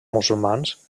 musulmans